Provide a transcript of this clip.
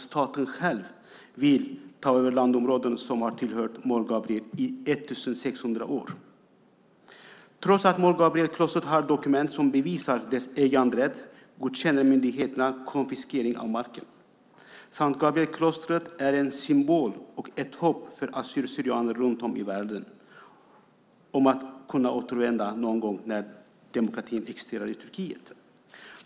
Staten själv vill också ta över landområden som har tillhört Mor Gabriel i 1 600 år. Trots att Mor Gabrielklostret har dokument som bevisar dess äganderätt godkänner myndigheterna konfiskering av marken. Sankt Gabrielklostret är en symbol och ett hopp för assyrier/syrianer runt om i världen för att de ska kunna återvända någon gång när demokrati existerar i Turkiet.